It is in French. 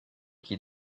qui